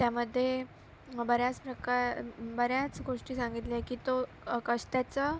त्यामध्ये मग बऱ्याच प्रका बऱ्याच गोष्टी सांगितल्या आहे की तो कसं त्याचं